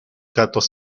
gatos